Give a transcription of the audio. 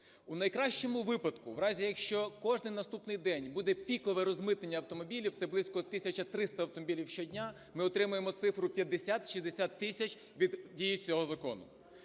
У найкращому випадку, в разі, якщо кожний наступний день буде пікове розмитнення автомобілів, це близько тисяча 300 автомобілів щодня, ми отримаємо цифру 50-60 тисяч від дії цього закону,